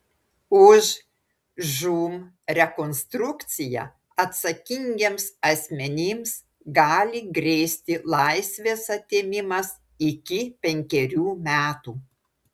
už žūm rekonstrukciją atsakingiems asmenims gali grėsti laisvės atėmimas iki penkerių metų